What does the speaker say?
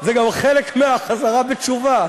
זה גם חלק מהחזרה בתשובה.